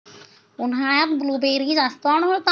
उन्हाळ्यात ब्लूबेरी जास्त आढळतात